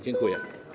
Dziękuję.